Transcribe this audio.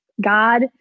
God